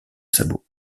sabot